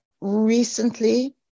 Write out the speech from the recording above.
recently